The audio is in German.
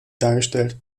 dargestellt